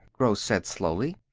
gross said slowly.